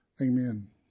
Amen